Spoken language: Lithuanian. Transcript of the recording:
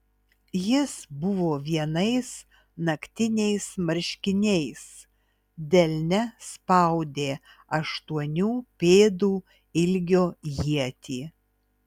jis buvo vienais naktiniais marškiniais delne spaudė aštuonių pėdų ilgio ietį